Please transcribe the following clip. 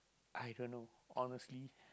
I don't know honestly